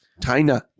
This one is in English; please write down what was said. china